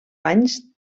anys